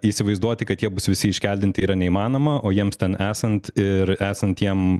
įsivaizduoti kad jie bus visi iškeldinti yra neįmanoma o jiems ten esant ir esant jiem